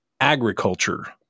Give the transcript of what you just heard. agriculture